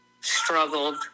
struggled